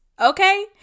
okay